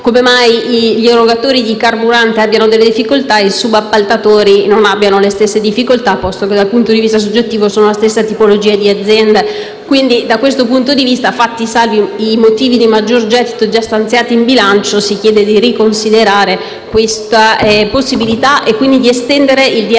come mai gli erogatori di carburante abbiano delle difficoltà e i subappaltatori non abbiano le stesse difficoltà, posto che dal punto di vista soggettivo sono la stessa tipologia di azienda. Da questo punto di vista, fatti salvi i motivi di maggior gettito già stanziati in bilancio, si chiede di riconsiderare questa possibilità e quindi di estendere il